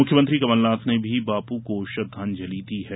मुख्यमंत्री कमलनाथ ने भी बापू को श्रद्वांजलि दी है